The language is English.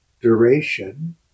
duration